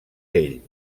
ell